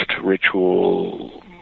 ritual